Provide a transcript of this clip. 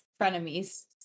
frenemies